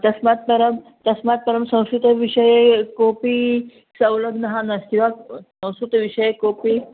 तस्मात् परं तस्मात् परं संस्कृतविषये कोपी सौगन्धः नास्ति वा संस्कृतविषये कोपि